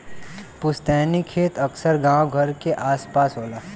पुस्तैनी खेत अक्सर गांव घर क आस पास होला